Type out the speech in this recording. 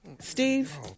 steve